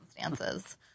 circumstances